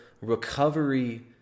recovery